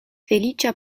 feliĉa